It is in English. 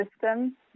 system